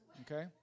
okay